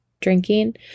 drinking